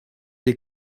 des